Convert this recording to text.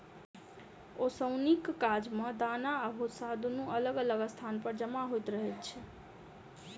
ओसौनीक काज मे दाना आ भुस्सा दुनू अलग अलग स्थान पर जमा होइत रहैत छै